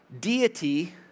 deity